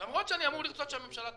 למרות שאני אמור לרצות שהממשלה תיפול.